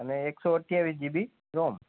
અને એકસો અઠ્ઠાવીસ જીબી રોમ